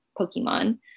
Pokemon